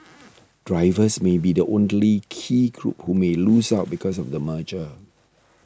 drivers may be the only key group who may lose out because of the merger